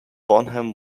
bonham